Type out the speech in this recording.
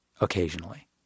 occasionally